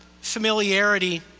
familiarity